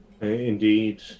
Indeed